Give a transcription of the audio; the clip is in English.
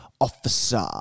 Officer